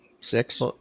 six